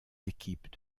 équipes